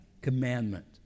commandment